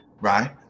right